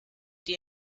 die